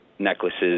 necklaces